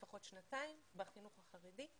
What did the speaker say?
לפחות שנתיים בחינוך החרדי,